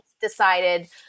decided